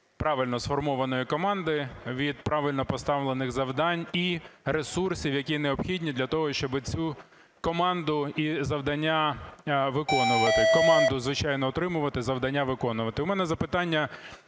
правильно сформованої, команди, від правильно поставлених завдань і ресурсів, які необхідні для того, щоб цю команду і завдання виконувати, команду, звичайно, утримувати, завдання виконувати. У мене запитання.